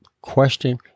question